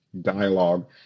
dialogue